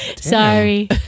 Sorry